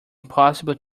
impossible